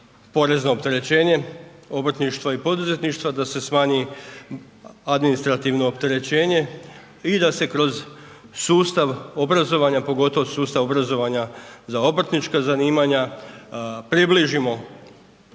porezno opterećenje obrtništva i poduzetništva, da se smanji administrativno opterećenje i da se kroz sustav obrazovanja pogotovo sustav obrazovanja za obrtnička zanimanja, približimo